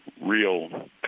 real